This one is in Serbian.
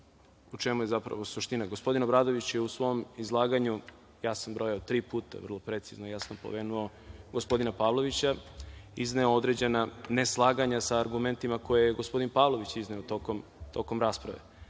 o čemu je zapravo suština. Gospodin Obradović je u svom izlaganju, ja sam brojao, tri puta vrlo precizno i jasno pomenuo gospodina Pavlovića, izneo određena neslaganja sa argumentima koje je gospodin Pavlović izneo tokom raspravu.